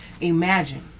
Imagine